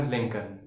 Lincoln